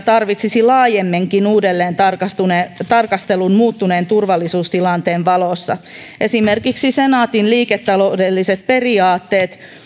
tarvitsisi laajemminkin uudelleentarkastelun muuttuneen turvallisuustilanteen valossa esimerkiksi senaatin liiketaloudelliset periaatteet